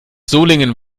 solingen